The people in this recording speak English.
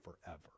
forever